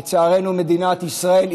לצערנו מדינת ישראל,